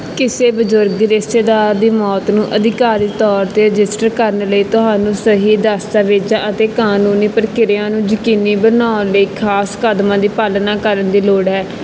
ਕਿਸੇ ਬਜ਼ੁਰਗ ਰਿਸ਼ਤੇਦਾਰ ਦੀ ਮੌਤ ਨੂੰ ਅਧਿਕਾਰਤ ਤੌਰ 'ਤੇ ਰਜਿਸਟਰ ਕਰਨ ਲਈ ਤੁਹਾਨੂੰ ਸਹੀ ਦਸਤਾਵੇਜ਼ਾਂ ਅਤੇ ਕਾਨੂੰਨੀ ਪ੍ਰਕਿਰਿਆ ਨੂੰ ਯਕੀਨੀ ਬਣਾਉਣ ਲਈ ਖਾਸ ਕਦਮਾਂ ਦੀ ਪਾਲਣਾ ਕਰਨ ਦੀ ਲੋੜ ਹੈ